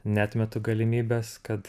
neatmetu galimybės kad